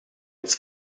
its